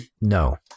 No